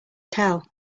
tell